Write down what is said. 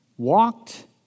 Walked